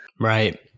right